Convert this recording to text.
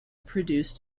produced